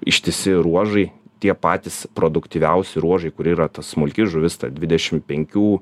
ištisi ruožai tie patys produktyviausi ruožai kur yra ta smulki žuvis ta dvidešim penkių